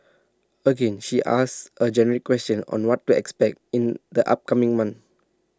again she asks A generic question on what to expect in the upcoming month